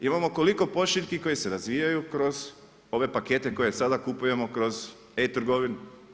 Imamo koliko pošiljki koje se razvijaju kroz ove pakete koje sada kupujemo kroz e-trgovinu.